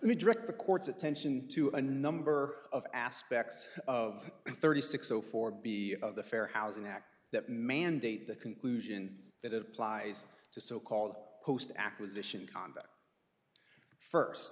direct the court's attention to a number of aspects of thirty six zero four b of the fair housing act that mandate the conclusion that applies to so called post acquisition conduct first